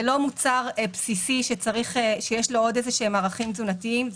זה לא מוצר בסיסי שיש לו עוד ערכים תזונתיים כלשהם,